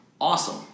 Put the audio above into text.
Awesome